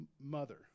mother